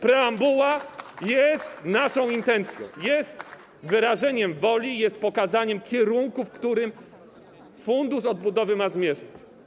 Preambuła jest naszą intencją, jest wyrażeniem woli, jest pokazaniem kierunku, w którym Fundusz Odbudowy ma zmierzać.